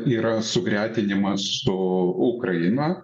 yra sugretinimas su ukraina